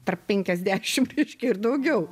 tarp penkiasdešimt reiškia ir daugiau